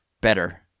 better